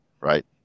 right